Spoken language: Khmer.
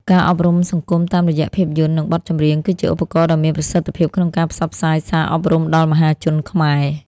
ការអប់រំសង្គមតាមរយៈភាពយន្ត និងបទចម្រៀង គឺជាឧបករណ៍ដ៏មានប្រសិទ្ធភាពក្នុងការផ្សព្វផ្សាយសារអប់រំដល់មហាជនខ្មែរ។